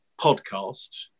podcast